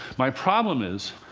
my problem is,